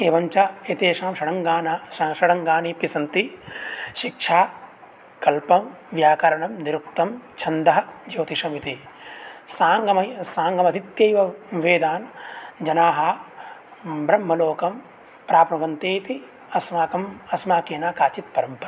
एवञ्च एतेषां षडङ्गानाम् षडङ्गानि अपि सन्ति शिक्षा कल्पः व्याकरणं निरुक्तं छन्दः ज्योतिषमिति साङ्गमयि साङ्गमधीत्यैव वेदान् जनाः ब्रह्मलोकं प्राप्नुवन्ति इति अस्माकम् अस्माकीना काचित् परम्परा